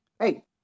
Hey